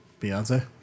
Beyonce